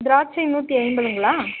திராட்சை நூற்றி ஐம்பதுங்களா